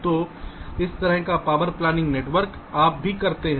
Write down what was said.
तो इस तरह का पॉवर प्लानिंग नेटवर्क आप भी करते हैं